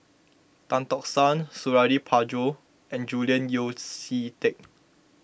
Tan Tock San Suradi Parjo and Julian Yeo See Teck